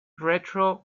retro